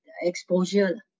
exposure